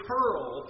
pearl